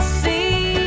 see